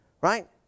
Right